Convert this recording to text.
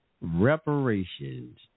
reparations